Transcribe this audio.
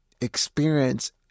experience